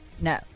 no